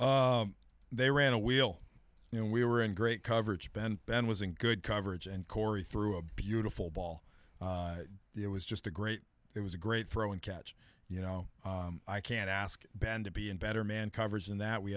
they ran a wheel and we were in great coverage ben ben was in good coverage and corey threw a beautiful ball it was just a great it was a great throw and catch you know i can't ask ben to be in better man coverage and that we